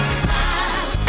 smile